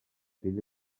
filla